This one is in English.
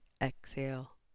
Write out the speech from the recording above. Exhale